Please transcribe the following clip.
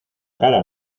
cara